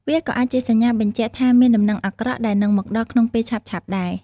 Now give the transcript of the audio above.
វាក៏អាចជាសញ្ញាបញ្ជាក់ថាមានដំណឹងអាក្រក់ដែលនឹងមកដល់ក្នុងពេលឆាប់ៗដែរ។